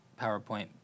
PowerPoint